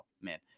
man